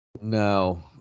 No